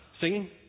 singing